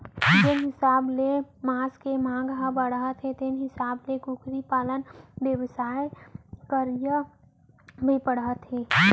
जेन हिसाब ले मांस के मांग ह बाढ़त हे तेन हिसाब ले कुकरी पालन बेवसाय करइया भी बाढ़त हें